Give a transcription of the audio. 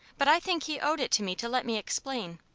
but i think he owed it to me to let me explain.